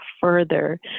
further